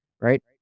right